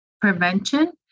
prevention